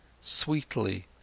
sweetly